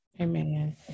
Amen